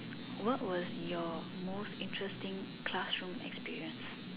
what was your most interesting classroom experience